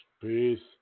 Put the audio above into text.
Peace